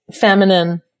feminine